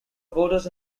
voters